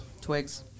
Twigs